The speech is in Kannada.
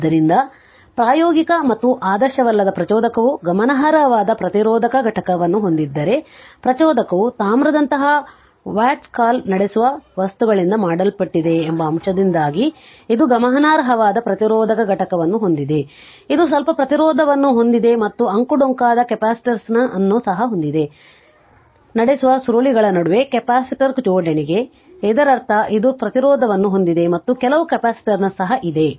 ಆದ್ದರಿಂದ ಪ್ರಾಯೋಗಿಕ ಮತ್ತು ಆದರ್ಶವಲ್ಲದ ಪ್ರಚೋದಕವು ಗಮನಾರ್ಹವಾದ ಪ್ರತಿರೋಧಕ ಘಟಕವನ್ನು ಹೊಂದಿದ್ದರೆ ಪ್ರಚೋದಕವು ತಾಮ್ರದಂತಹ ವಾಟ್ಸ್ಕಾಲ್ ನಡೆಸುವ ವಸ್ತುಗಳಿಂದ ಮಾಡಲ್ಪಟ್ಟಿದೆ ಎಂಬ ಅಂಶದಿಂದಾಗಿ ಇದು ಗಮನಾರ್ಹವಾದ ಪ್ರತಿರೋಧಕ ಘಟಕವನ್ನು ಹೊಂದಿದೆ ಇದು ಸ್ವಲ್ಪ ಪ್ರತಿರೋಧವನ್ನು ಹೊಂದಿದೆ ಮತ್ತು ಅಂಕುಡೊಂಕಾದ ಕೆಪಾಸಿಟನ್ಸ್ ಅನ್ನು ಸಹ ಹೊಂದಿದೆ ನಡೆಸುವ ಸುರುಳಿಗಳ ನಡುವೆ ಕೆಪ್ಯಾಸಿಟಿವ್ ಜೋಡಣೆಗೆ ಇದರರ್ಥ ಇದು ಪ್ರತಿರೋಧವನ್ನು ಹೊಂದಿದೆ ಮತ್ತು ಕೆಲವು ಕೆಪಾಸಿಟನ್ಸ್ ಸಹ ಇದೆ